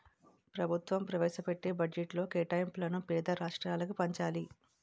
ప్రభుత్వం ప్రవేశపెట్టే బడ్జెట్లో కేటాయింపులను పేద రాష్ట్రాలకు పంచాలి